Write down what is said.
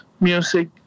music